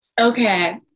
okay